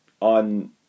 on